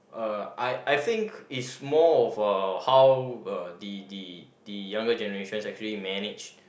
uh I I think is more of uh how uh the the the younger generations actually manage